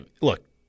look